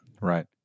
Right